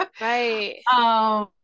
Right